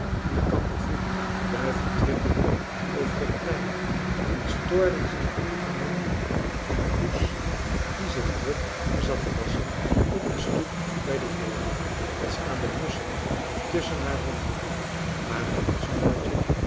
en de kamperfoelie duiven trippelden over het plein en stoorden zich evenmin aan poes die zich druk zat te wasschen op de stoep bij de voordeur als aan de musschen die tusschen haar rondhuppelden maar als moortje